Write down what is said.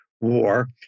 war